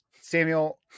Samuel